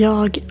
Jag